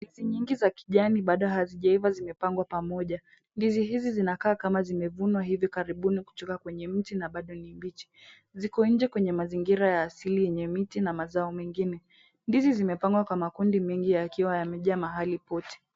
Ndizi nyingi za kijani bado hazijaiva zimepangwa pamoja. Ndizi hizi zinakaa kama zimevunwa hivi karibu kutoka kwenye miti na bado ni mbichi ziko nje kwenye mazingira ya asili yenye miti na mazao mengine. Ndizi zimepangwa kwa makundi mengi yakiwa yamejaa mahali pote.